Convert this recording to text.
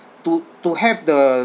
to to have the